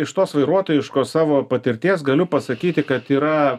iš tos vairuotojiškos savo patirties galiu pasakyti kad yra